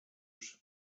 czuł